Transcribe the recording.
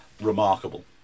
Remarkable